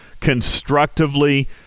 constructively